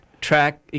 track